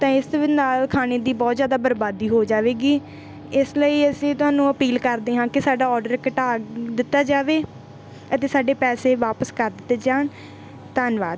ਤਾਂ ਇਸ ਵ ਨਾਲ ਖਾਣੇ ਦੀ ਬਹੁਤ ਜ਼ਿਆਦਾ ਬਰਬਾਦੀ ਹੋ ਜਾਵੇਗੀ ਇਸ ਲਈ ਅਸੀਂ ਤੁਹਾਨੂੰ ਅਪੀਲ ਕਰਦੇ ਹਾਂ ਕਿ ਸਾਡਾ ਅੋਡਰ ਘਟਾ ਦਿੱਤਾ ਜਾਵੇ ਅਤੇ ਸਾਡੇ ਪੈਸੇ ਵਾਪਸ ਕਰ ਦਿੱਤੇ ਜਾਣ ਧੰਨਵਾਦ